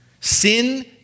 sin